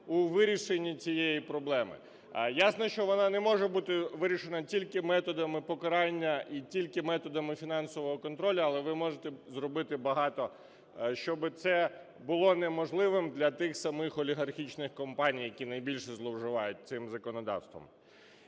у вирішенні цієї проблеми. Ясно, що вона не може бути вирішена тільки методами покарання і тільки методами фінансового контролю, але ви можете зробити багато, щоби це було неможливим для тих самих олігархічних компаній, які найбільше зловживають цим законодавством.